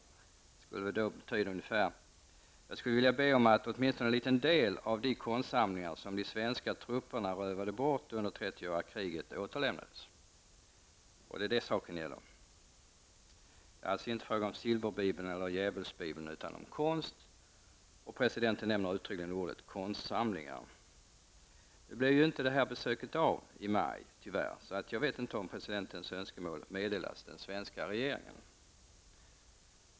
Det skulle då betyda ungefär: Jag skulle vilja be om att åtminstone en liten del av de konstsamlingar som de svenska trupperna rövade bort under trettioåriga kriget återlämnades. Det är alltså inte fråga om Silverbibeln eller Djävulsbibeln utan konst. Presidenten nämner uttryckligen ordet konstsamlingar. Nu blev ju tyvärr inte besöket av, så jag vet inte om presidentens önskemål har meddelats till den svenska regeringen.